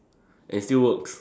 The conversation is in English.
and still works